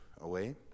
away